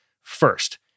first